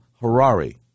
Harari